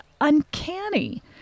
uncanny